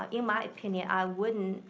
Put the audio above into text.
um in my opinion, i wouldn't,